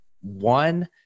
One